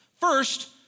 First